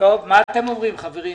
מה אתם אומרים, חברים?